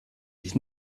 ich